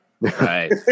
right